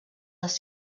les